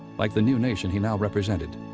like the new nation he now represented,